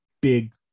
Big